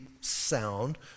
sound